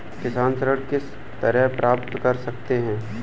किसान ऋण किस तरह प्राप्त कर सकते हैं?